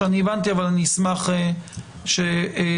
אני אשמח שנוודא.